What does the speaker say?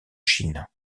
chine